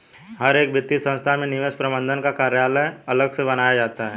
हर एक वित्तीय संस्था में निवेश प्रबन्धन का कार्यालय अलग से बनाया जाता है